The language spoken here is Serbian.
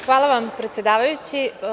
Hvala vam predsedavajući.